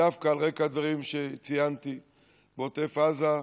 דווקא על רקע הדברים שציינתי על עוטף עזה,